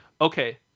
okay